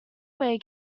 way